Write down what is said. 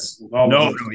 No